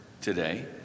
today